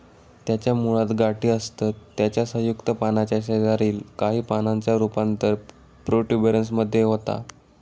त्याच्या मुळात गाठी असतत त्याच्या संयुक्त पानाच्या शेजारील काही पानांचा रूपांतर प्रोट्युबरन्स मध्ये होता